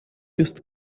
ist